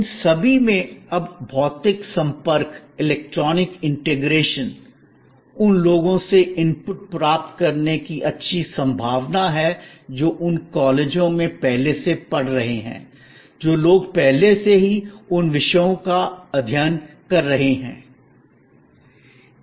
इन सभी में अब भौतिक संपर्क इलेक्ट्रॉनिक इंटरैक्शन उन लोगों से इनपुट प्राप्त करने की अच्छी संभावना है जो उन कॉलेजों में पहले से पढ़ रहे हैं जो लोग पहले से ही उन विषयों का अध्ययन कर रहे हैं